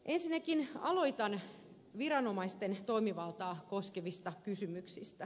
ensinnäkin aloitan viranomaisten toimivaltaa koskevista kysymyksistä